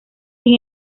sin